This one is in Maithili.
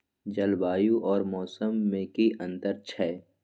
जलवायु और मौसम में कि अंतर छै?